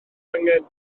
angen